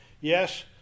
Yes